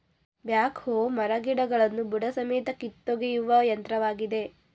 back ಹೋ ಮರಗಿಡಗಳನ್ನು ಬುಡಸಮೇತ ಕಿತ್ತೊಗೆಯುವ ಯಂತ್ರವಾಗಿದೆ